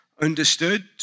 understood